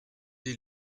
die